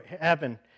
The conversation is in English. heaven